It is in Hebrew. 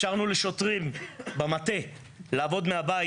אפשרנו לשוטרים במטה לעבוד מהבית,